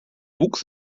wuchs